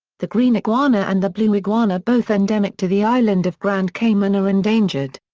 the green iguana and the blue iguana both endemic to the island of grand cayman are endangered.